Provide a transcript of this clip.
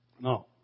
No